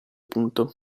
punto